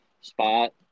spot